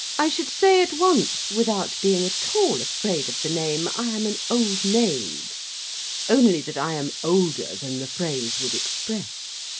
i should say at once, without being at all afraid of the name, i am an old maid only that i am older than the phrase would express.